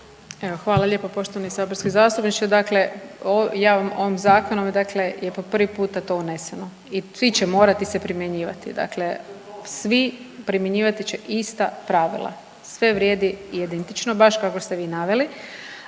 hvala lijepo poštovani saborski zastupniče. Dakle ja vam ovim Zakonom, dakle je po prvi puta to uneseno i svi će morati se primjenjivati dakle, svi primjenjivati će ista pravila, sve vrijedi jedinično, baš kako ste vi naveli,